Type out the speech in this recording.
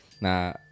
Nah